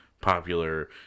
popular